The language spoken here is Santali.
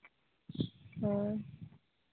ᱦᱳᱭ